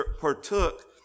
partook